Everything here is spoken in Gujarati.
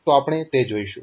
તો આપણે તે જોઈશું